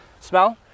Smell